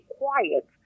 quiet